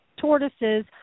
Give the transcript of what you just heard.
tortoises